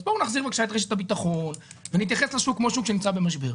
אז בואו נחזיר בבקשה את רשת הביטחון ונתייחס לשוק כשוק שהוא נמצא במשבר.